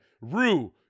Rue